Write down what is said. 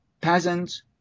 peasants